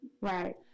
right